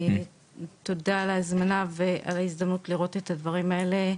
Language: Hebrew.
תודה על ההזמנה ועל ההזדמנות לראות את הדברים האלה,